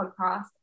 podcast